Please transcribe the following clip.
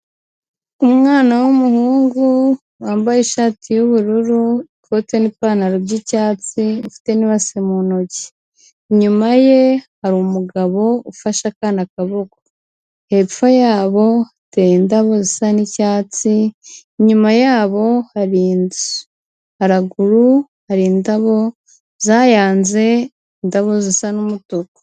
Umwana w'umuhungu wambaye ishati y'ubururu, ikote n'ipantaro by'icyatsi, ufite n'ibase mu ntoki, inyuma ye hari umugabo ufashe akana akaboko, hepfo yabo hateye indabo zisa n'icyatsi, inyuma yabo hari inzu, haruguru hari indabo zayanze, indabo zisa n'umutuku.